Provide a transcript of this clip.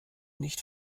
nicht